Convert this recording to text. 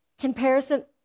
Comparison